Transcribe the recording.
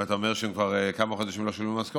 אם אתה אומר שכבר כמה חודשים הם לא שילמו משכורת,